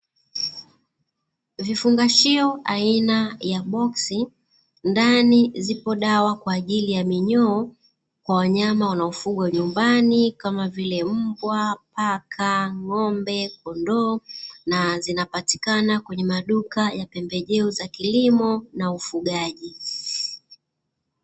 Vifungashio aina ya boksi ndani zipo dawa kwa ajili ya minyoo kwa wanyama wanaofugwa nyumbani kama vile mbwa, paka, ng’ombe, kondoo. Na zinapatikana kwenye maduka ya pembejeo za kilimo na ufugaji.